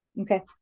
Okay